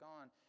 on